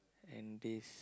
and this